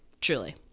Truly